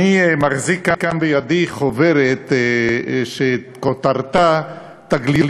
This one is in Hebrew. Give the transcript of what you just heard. אני מחזיק כאן בידי חוברת שכותרתה: "תגליות